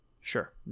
Sure